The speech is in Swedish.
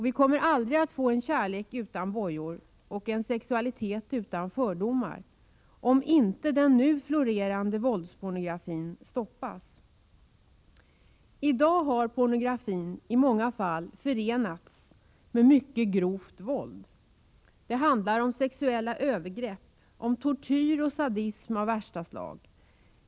Vi kommer aldrig att få en kärlek utan bojor och en sexualitet utan fördomar, om inte den nu florerande våldspornografin stoppas. I dag har pornografin i många fall förenats med mycket grovt våld. Det handlar om sexuella övergrepp, om tortyr och sadism av värsta slag.